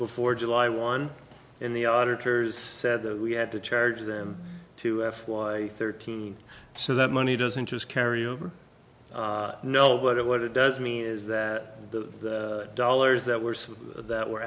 before july one in the auditors said that we had to charge them to f y thirteen so that money doesn't just carry you know but it what it does mean is that the dollars that were some that were